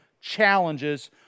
challenges